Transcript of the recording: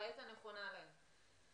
בעת הנכונה להם.